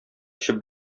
эчеп